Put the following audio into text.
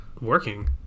Working